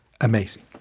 Amazing